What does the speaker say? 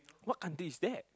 what country is that